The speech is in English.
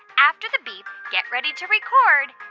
after the beep, get ready to record